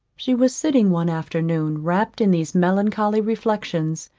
she was sitting one afternoon, wrapped in these melancholy reflexions,